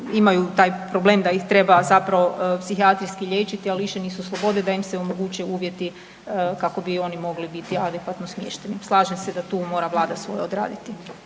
imaju taj problem da ih treba zapravo psihijatrijski liječiti a lišeni su slobode da im se omoguće uvjeti kako bi oni mogli biti adekvatno smješteni. Slažem se da tu mora Vlada svoje odraditi.